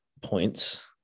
points